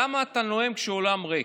למה אתה נואם כשהאולם ריק?